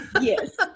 Yes